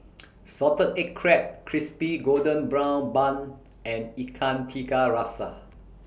Salted Egg Crab Crispy Golden Brown Bun and Ikan Tiga Rasa